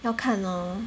要看 lor